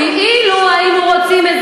קשקוש.